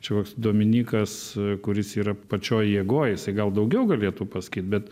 čia koks dominykas kuris yra pačioj jėgoj jisai gal daugiau galėtų pasakyt bet